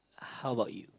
how about you